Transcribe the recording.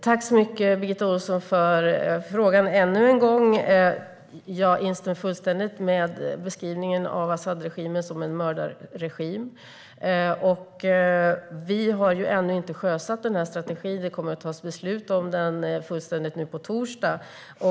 Herr talman! Tack för frågan, Birgitta Ohlsson! Jag instämmer, ännu en gång, i beskrivningen av Asadregimen som en mördarregim. Vi har ännu inte sjösatt strategin. Det kommer att tas beslut om den nu på torsdag.